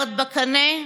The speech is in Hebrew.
מיליארד בקנה?